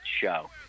show